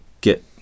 get